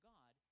God